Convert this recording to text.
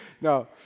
No